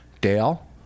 Dale